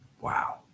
Wow